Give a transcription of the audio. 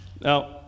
Now